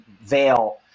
veil